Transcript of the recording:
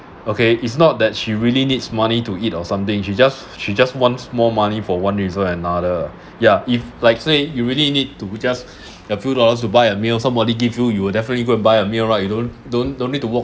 okay it's not that she really needs money to eat or something she just she just wants more money for one reason another ya if like say you really need to just a few dollars to buy a meal somebody give you you will definitely go and buy a meal right you don't don't don't need to walk